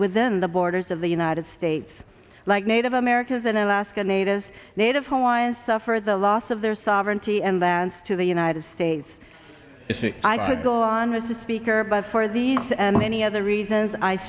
within the borders of the united states like native americans and alaska natives native hawaiians suffered the loss of their sovereignty and then to the united states i could go on as a speaker but for these and many other reasons i